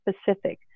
specific